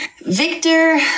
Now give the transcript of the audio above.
Victor